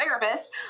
therapist